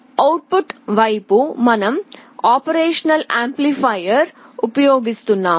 out put వైపు మనం కార్యాచరణ యాంప్లిఫైయర్ను ఉపయోగిస్తున్నాము